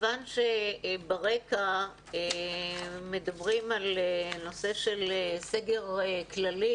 כיוון שברקע מדברים על נושא של סגר כללי,